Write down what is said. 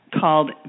called